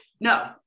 No